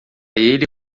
ele